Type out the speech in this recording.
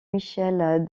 michel